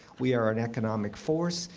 we are an economic force.